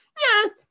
yes